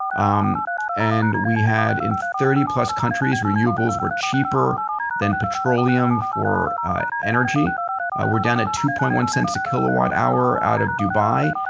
um and we had in thirty plus countries renewables were cheaper than petroleum for energy we're down at two point one cents a kilowatt hour out of dubai.